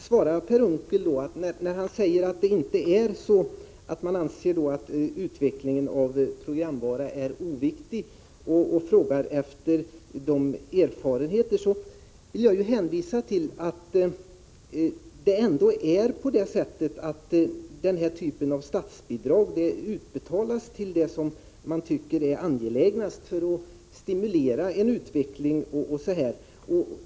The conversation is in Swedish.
Fru talman! Per Unckel säger att det inte är så att moderaterna anser att utvecklingen av programvara är oviktig, och han frågar efter erfarenheter. Jag vill då hänvisa till att den här typen av statsbidrag utbetalas till det som man tycker är angelägnast för att stimulera en utveckling.